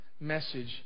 message